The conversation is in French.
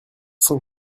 cent